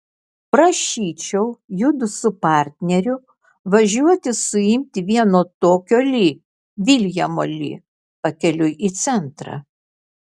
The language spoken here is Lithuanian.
prašyčiau judu su partneriu važiuoti suimti vieno tokio li viljamo li pakeliui į centrą